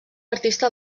artista